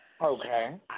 okay